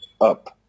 up